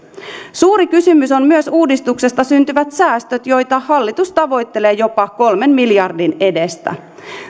suuri kysymys on myös uudistuksesta syntyvät säästöt joita hallitus tavoittelee jopa kolmen miljardin edestä